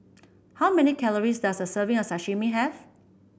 how many calories does a serving of Sashimi have